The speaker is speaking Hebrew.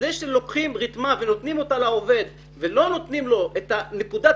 זה שלוקחים רתמה ונותנים לעובד ולא נותנים לו נקודת